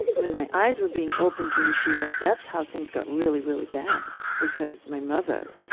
when my eyes were being opened to who she was that's how things got really, really bad. because my mother